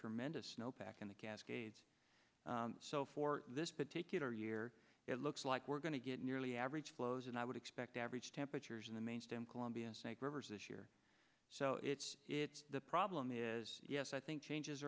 tremendous snow pack in the cascades so for this particular year it looks like we're going to get nearly average flows and i would expect average temperatures in the main stem columbia rivers this year so it's it's the problem is yes i think changes